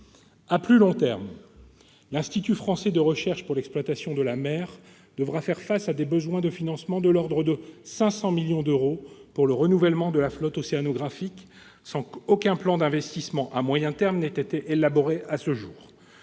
À plus long terme, l'Institut français de recherche pour l'exploitation de la mer, l'IFREMER, devra faire face à des besoins de financement de l'ordre de 500 millions d'euros pour le renouvellement de la flotte océanographique, sans qu'aucun plan d'investissement à moyen terme ait été élaboré à ce jour.